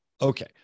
Okay